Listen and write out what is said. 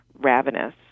ravenous